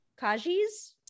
Kaji's